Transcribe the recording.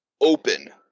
open